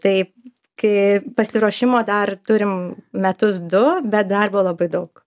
tai ki pasiruošimo dar turim metus du bet darbo labai daug